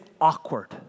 awkward